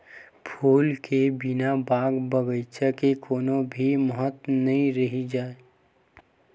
फूल के बिना बाग बगीचा के कोनो भी महत्ता नइ रहि जाए